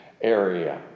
area